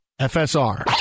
FSR